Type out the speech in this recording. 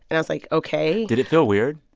and i was, like, ok did it feel weird?